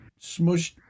smushed